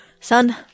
Son